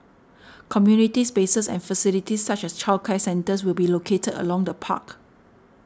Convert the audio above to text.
community spaces and facilities such as childcare centres will be located along the park